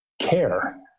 care